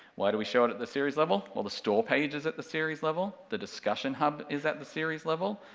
why do we show it at the series level? well the store page is at the series level, the discussion hub is at the series level,